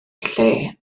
lle